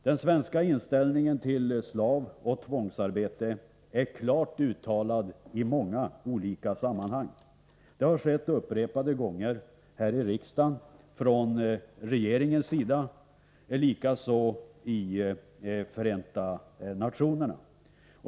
Den svenska inställningen till slavoch tvångsarbete är klart uttalad i många olika sammanhang. Det har skett upprepade gånger här i riksdagen från regeringen och likaså i Förenta nationerna.